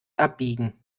abbiegen